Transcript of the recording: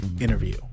interview